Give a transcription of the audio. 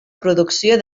producció